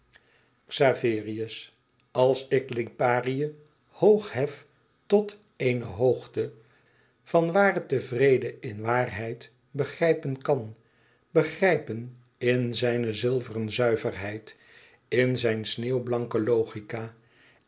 xaverius als ik liparië hoog hef tot eene hoogte vanwaar het den vrede in waarheid begrijpen kan begrijpen in zijne zilveren zuiverheid in zijn sneeuwblanke logica